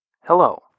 Hello